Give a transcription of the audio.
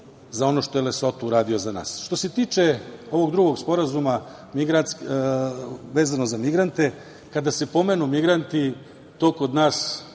za ono što je Lesoto uradio za nas. Što se tiče ovog drugog sporazuma vezano za migrante, kada se pomenu migranti, to kod nas